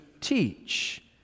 teach